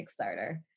Kickstarter